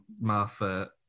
Martha